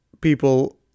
people